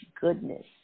goodness